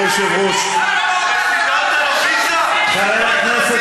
למה לא אמרת שיש